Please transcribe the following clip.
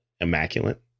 immaculate